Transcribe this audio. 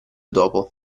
dopo